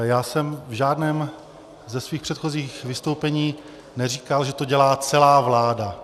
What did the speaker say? Já jsem v žádném ze svých předchozích vystoupeních neříkal, že to dělá celá vláda.